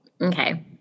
Okay